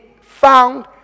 found